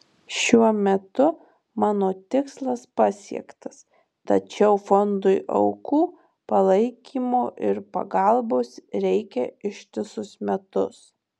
šiuo metu mano tikslas pasiektas tačiau fondui aukų palaikymo ir pagalbos reikia ištisus metus